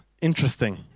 interesting